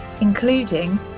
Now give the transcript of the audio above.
including